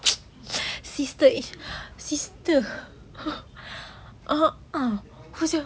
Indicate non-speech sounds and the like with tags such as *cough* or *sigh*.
*noise* sister is sister uh uh macam